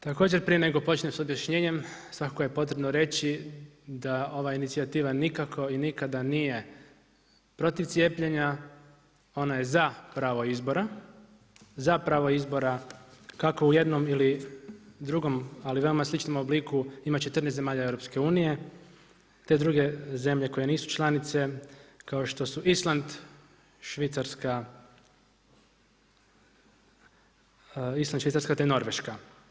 Također prije nego što počnem s objašnjenjem, svakako je potrebno reći, da ova inicijativa nikako i nikada nije protiv cijepljena, ona je za pravo izbora, za pravo izbora kako u jednom ili drugom, ali veoma sličnom obliku ima 14 zemalja EU, te druge zemlje koje nisu članice, kao što su Island, Švicarska te Norveška.